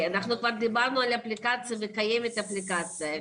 אנחנו כבר דיברנו על אפליקציה וקיימת אפליקציה.